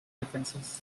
differences